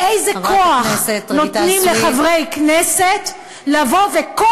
ואיזה כוח נותנים לחברי כנסת לבוא וכל